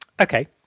Okay